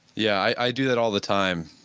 yeah, i do that all the time.